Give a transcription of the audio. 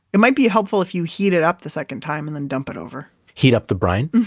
it might be helpful if you heat it up the second time and then dump it over heat up the brine?